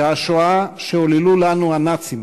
שהשואה שעוללו לנו הנאצים